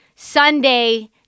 Sunday